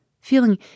feeling